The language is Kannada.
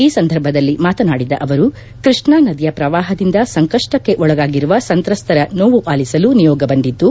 ಈ ಸಂದರ್ಭದಲ್ಲಿ ಮಾತನಾಡಿದ ಅವರು ಕೃಷ್ಣಾ ನದಿಯ ಪ್ರವಾಹದಿಂದ ಸಂಕಷ್ಟಕ್ಕೆ ಒಳಗಾಗಿರುವ ಸಂತ್ರಸ್ತರ ನೋವು ಅಲಿಸಲು ನಿಯೋಗ ಬಂದಿದ್ದು